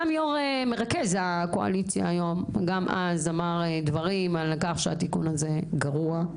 גם מרכז הקואליציה היום אמר אז דברים על כך שהתיקון הזה גרוע.